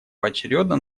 поочередно